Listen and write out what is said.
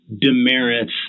demerits